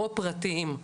או פרטיים,